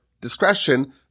discretion